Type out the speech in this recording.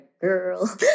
girl